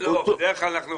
דיברנו